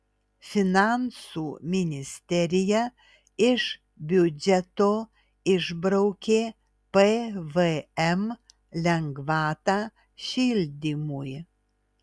finansų ministerija iš biudžeto išbraukė pvm lengvatą šildymui